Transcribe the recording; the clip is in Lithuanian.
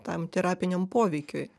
tam terapiniam poveikiui